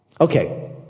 Okay